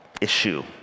issue